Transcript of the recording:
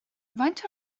faint